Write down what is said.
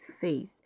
faith